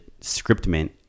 scriptment